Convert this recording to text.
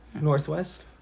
Northwest